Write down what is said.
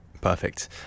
Perfect